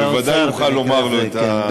אז הוא בוודאי יוכל לומר לו את הדברים.